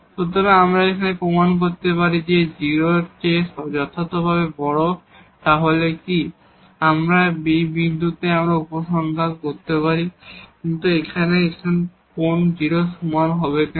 সুতরাং এখানে যদি আমরা প্রমাণ করতে পারি যে এটি 0 এর চেয়ে যথাযথভাবে বড় তাহলে এটি ঠিক আমরা বিন্দু সম্পর্কে উপসংহার করতে পারি কিন্তু এখানে এটি এখন 0 এর সমান কেন